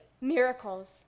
Miracles